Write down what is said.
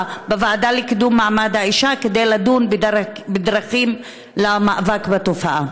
בוועדה לקידום מעמד האישה כדי לדון בדרכים למאבק בתופעה?